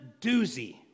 doozy